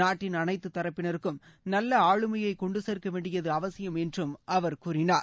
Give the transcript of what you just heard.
நாட்டின் அனைத்து தரப்பினருக்கும் நல்ல ஆளுமையை கொண்டு சேர்க்க வேண்டியது அவசியம் என்று அவர் கூறினார்